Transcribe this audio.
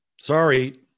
Sorry